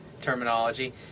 terminology